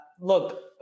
Look